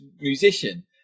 musician